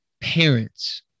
parents